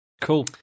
Cool